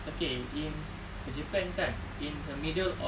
okay in japan kan in a middle of